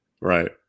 Right